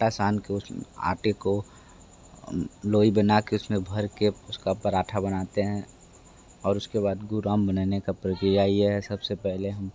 आटा सान के उसमें आटे को लोई बनाके उसमें भर के उसका पराठा बनाते हैं और उसके बाद गुर्राम बनाने का प्रक्रिया ये है सबसे पहले हम